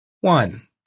One